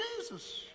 Jesus